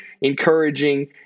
encouraging